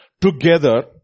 together